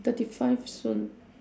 thirty five soon